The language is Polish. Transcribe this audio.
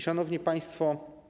Szanowni Państwo!